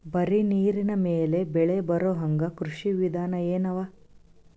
ಬರೀ ನೀರಿನ ಮೇಲೆ ಬೆಳಿ ಬರೊಹಂಗ ಕೃಷಿ ವಿಧಾನ ಎನವ?